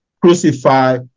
crucify